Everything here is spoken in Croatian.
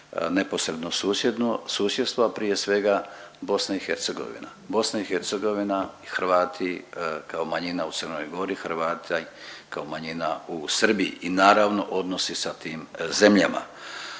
neposredno susjedstvo, a prije svega BiH, BiH i Hrvati kao manjina u Crnoj Gori, Hrvati kao manjina u Srbiji i naravno odnosi sa tim zemljama.